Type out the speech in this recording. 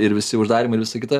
ir visi uždarymai ir visa kita